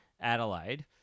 Adelaide